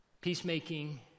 Peacemaking